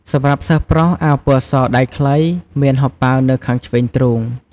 សម្រាប់សិស្សប្រុស អាវពណ៌ស ដៃខ្លី មានហោប៉ៅនៅខាងឆ្វេងទ្រូង។